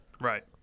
right